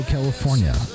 California